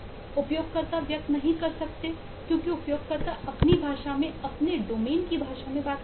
उपयोगकर्ता व्यक्त नहीं कर सकते हैं क्योंकि उपयोगकर्ता अपनी भाषा में अपने डोमेन की भाषा में बात करते हैं